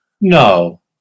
No